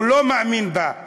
הוא לא מאמין בה.